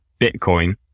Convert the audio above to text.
Bitcoin